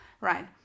right